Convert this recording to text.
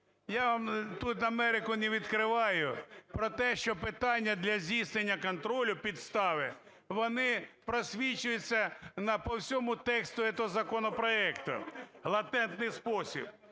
Я вам тут Америку не відкриваю про те, що питання для здійснення контролю, підстави, вони просвічуються по всьому тексту этого законопроекту в латентний спосіб.